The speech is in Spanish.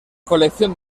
colección